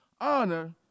honor